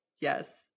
Yes